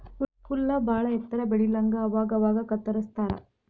ಹುಲ್ಲ ಬಾಳ ಎತ್ತರ ಬೆಳಿಲಂಗ ಅವಾಗ ಅವಾಗ ಕತ್ತರಸ್ತಾರ